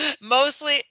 Mostly